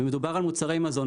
פה מדובר על מוצרי מזון,